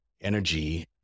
energy